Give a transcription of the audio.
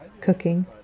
cooking